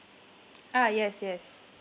ah yes yes